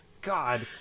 God